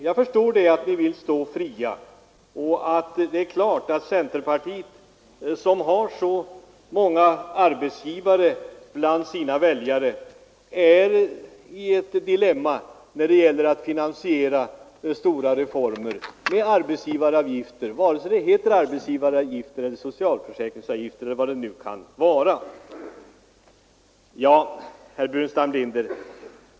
Jag förstår att ni vill stå fria, för det är klart att centerpartiet, som har så många arbetsgivare och företagare bland sina väljare, är i ett dilemma när det gäller att finansiera stora reformer med avgifter, vare sig de heter arbetsgivaravgifter, socialförsäkringsavgifter eller vad det nu kan vara.